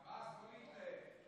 עבאס, לא להתלהב.